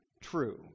true